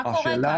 מה קורה כאן?